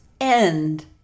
end